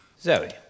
Zoe